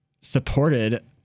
supported